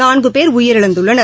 நான்குபேர் உயிரிழந்துள்ளனர்